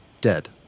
dead